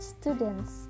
students